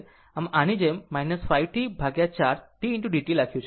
આમ આમ જ આની જેમ 5 T4 tdt લખ્યું છે